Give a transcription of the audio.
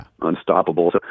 unstoppable